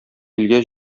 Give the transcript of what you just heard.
илгә